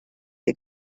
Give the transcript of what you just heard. que